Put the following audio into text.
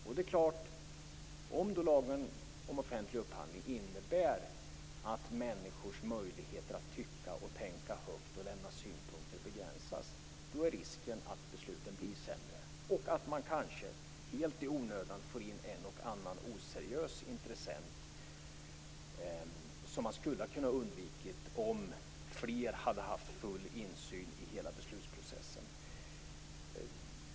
Om tillämpningen av lagen om offentlig upphandling innebär att människors möjligheter att tycka och tänka högt och lämna synpunkter begränsas är risken att besluten blir sämre och att man kanske helt i onödan får in en och annan oseriös intressent som man skulle ha kunnat undvika om fler hade haft full insyn hela beslutsprocessen.